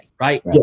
right